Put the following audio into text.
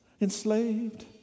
Enslaved